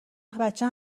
بچه